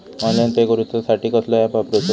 Online pay करूचा साठी कसलो ऍप वापरूचो?